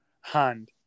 hand